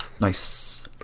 nice